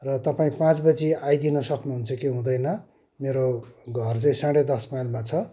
र तपाईँ पाँच बजी आइदिनु सक्नुहुन्छ कि हुँदैन मेरो घर चाहिँ साढे दस माइलमा छ